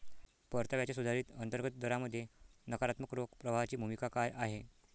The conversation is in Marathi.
परताव्याच्या सुधारित अंतर्गत दरामध्ये नकारात्मक रोख प्रवाहाची भूमिका काय आहे?